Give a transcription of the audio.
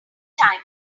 time